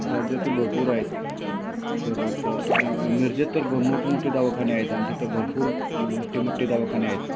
राज्यातील भरपूर आहेत परत मिरजेत तर मोठमोठे दवाखान्या आहेत आणि तिथं भरपूर मोठी मोठी दवाखाने आहेत